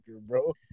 bro